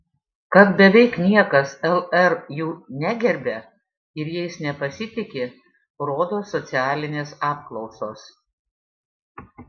kad beveik niekas lr jų negerbia ir jais nepasitiki rodo socialinės apklausos